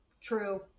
True